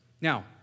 Now